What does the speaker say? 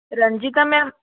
Ranjeeta ma'am